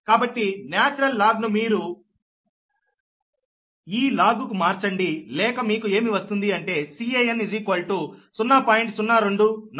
కాబట్టి natural log ను మీరు ఈ లాగ్ కు మార్చండి లేక మీకు ఏమి వస్తుంది అంటే Can 0